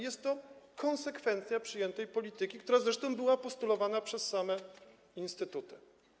Jest to konsekwencja przyjętej polityki, która zresztą była postulowana przez same instytuty.